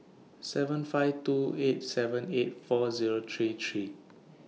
seven five two eight seven eight four Zero three three